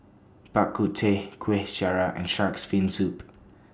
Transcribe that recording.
Bak Kut Teh Kuih Syara and Shark's Fin Soup